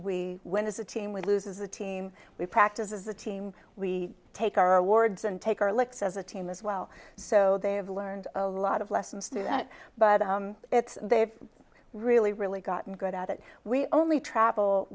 we went as a team with loses a team we practice as a team we take our awards and take our licks as a team as well so they have learned a lot of lessons through that but they've really really gotten good at it we only travel